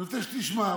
אני רוצה שתשמע.